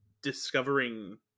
discovering